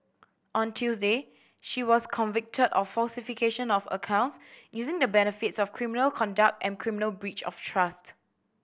on Tuesday she was convicted of falsification of accounts using the benefits of criminal conduct and criminal breach of trust